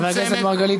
חבר הכנסת מרגלית,